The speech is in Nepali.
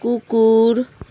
कुकुर